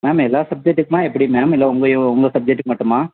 ma'am எல்லா சப்ஜெக்ட்டுக்குமா எப்படி மேம் இல்லை உங்கயோ உங்கள் சப்ஜெக்ட்டுக்கு மட்டுமா